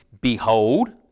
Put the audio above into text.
Behold